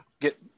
get